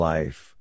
Life